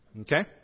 Okay